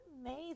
amazing